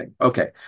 Okay